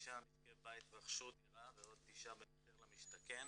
כ-226 משקי בית רכשו דירה ועוד תשעה במחיר למשתכן,